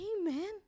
Amen